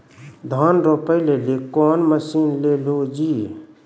धान रोपे लिली कौन मसीन ले लो जी?